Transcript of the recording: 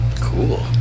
Cool